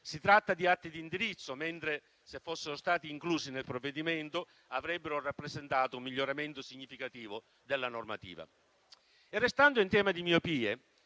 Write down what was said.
Si tratta di atti di indirizzo che, se fossero stati inclusi nel provvedimento, avrebbero rappresentato un miglioramento significativo della normativa. Restando in tema di miopie,